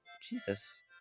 Jesus